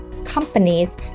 companies